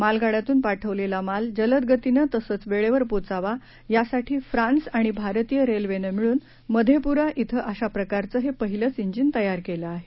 मालगाड्यातून पाठवलेला माल जलदगतीनं तसंच वे सिर पोचावा यासाठी फ्रान्स अणि भारतीय रेल्वेनं मिट्रिम मधेपुरा इथं अशाप्रकारचं हे पहिलच इंजिन तयार केलं आहे